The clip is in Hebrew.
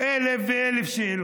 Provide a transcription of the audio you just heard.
אלף ואחת שאלות.